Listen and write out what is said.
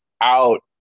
out